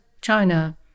China